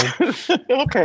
okay